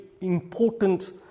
important